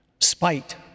Spite